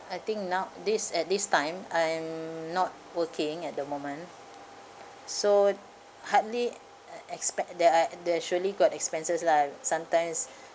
I think now this at this time I'm not working at the moment so hardly uh expe~ there are there are surely got expenses lah sometimes